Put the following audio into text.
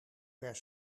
per